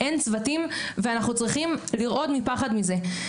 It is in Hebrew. אין צוותים, ואנחנו צריכים לרעוד מפחד מזה.